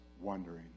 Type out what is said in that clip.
wondering